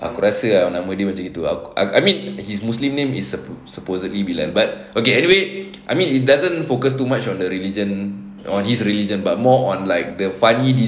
aku rasa nama dia macam gitu ah I mean he's muslim name is supposedly bilal but okay anyway I mean it doesn't focus too much on the religion on his religion but more on like the funny